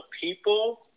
people